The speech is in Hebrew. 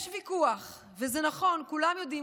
יש ויכוח, וזה נכון, כולם יודעים.